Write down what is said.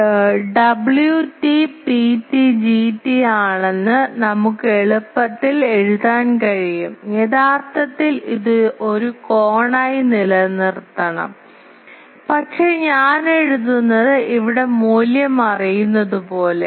Wt Pt Gt ആണെന്ന് നമുക്ക് എളുപ്പത്തിൽ എഴുതാൻ കഴിയും യഥാർത്ഥത്തിൽ ഇത് ഒരു കോണായി നിലനിർത്തണം പക്ഷേ ഞാൻ എഴുതുന്നത് ഇവിടെ മൂല്യം അറിയുന്നതുപോലെ